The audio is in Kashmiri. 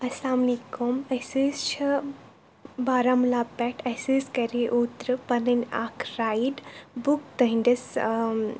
اَلسَلامُ علیکُم أسۍ حظ چھِ بارہمولہ پٮ۪ٹھ اسہِ حظ کَرے اوترٕ پَنٕنۍ اَکھ رایڈ بُک تُہنٛدِس ٲں